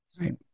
Right